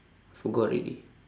I forgot already